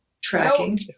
Tracking